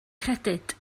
credyd